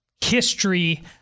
history